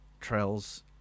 trails